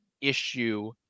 issue